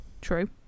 True